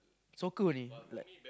soccer only like